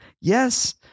Yes